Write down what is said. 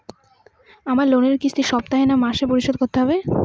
আমার লোনের কিস্তি সপ্তাহে না মাসে পরিশোধ করতে হবে?